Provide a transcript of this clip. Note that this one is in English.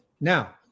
Now